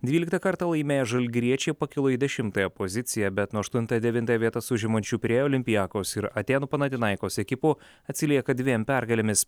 dvyliktą kartą laimėję žalgiriečiai pakilo į dešimtąją poziciją bet nuo aštuntą devintą vietas užimančių pirėjo olympiakos ir atėnų panathinaikos ekipų atsilieka dviem pergalėmis